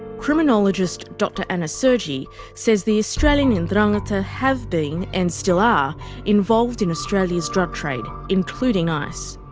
criminologist dr anna sergi says the australian ndrangheta have been and still are involved in australia's drug trade, including ice.